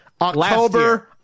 october